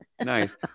nice